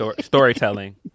Storytelling